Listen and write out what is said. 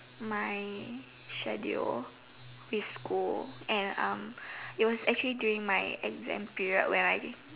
my schedule with school and um it was actually during my exam period when I